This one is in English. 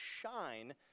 shine